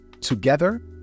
Together